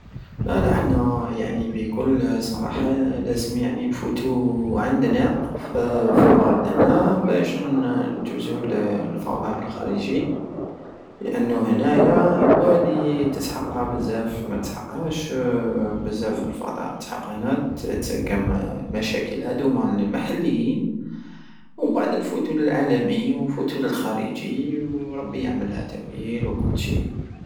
لالا حنا يعني بكل صراحة لازم يعني نفوتو عندنا ف- فالارض هنا وباش نجوزو للفضاء الخارجي لانو هنايا هو الي تسحقها بزاف ماتسحقهاش بزاف الفضاء تسحق هنا تسقم المشاكل هدوما المحليين ومبعد نفوتو للعالمي ونفوتو الخرجي وربي يعملها تاويل وكل شي